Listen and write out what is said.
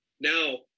Now